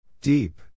Deep